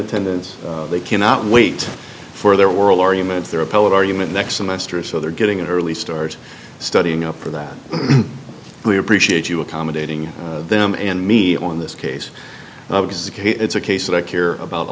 attendance they cannot wait for their oral arguments there appellate argument next semester so they're getting an early start studying up for that we appreciate you accommodating them and me on this case it's a case that i care about a